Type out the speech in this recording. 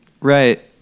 Right